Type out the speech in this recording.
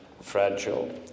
fragile